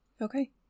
okay